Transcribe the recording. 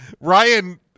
Ryan